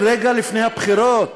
רגע לפני הבחירות,